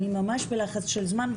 אני ממש בלחץ של זמן,